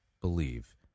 believe